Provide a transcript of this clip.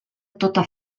tota